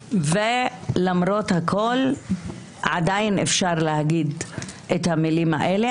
למרות הכול עדיין אפשר להגיד את המילים האלה,